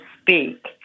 speak